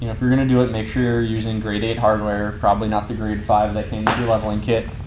if you're gonna do it, make sure you're using grade eight hardware. probably not the grade five that came with your leveling kit.